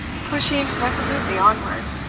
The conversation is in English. pushing resolutely onward.